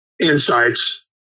insights